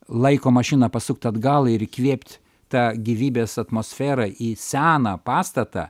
laiko mašiną pasukt atgal ir įkvėpt tą gyvybės atmosferą į seną pastatą